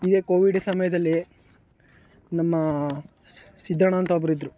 ಹಿಂದೆ ಕೋವಿಡ್ ಸಮಯದಲ್ಲಿ ನಮ್ಮ ಸಿದ್ದಣ್ಣ ಅಂತ ಒಬ್ಬರಿದ್ರು